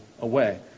away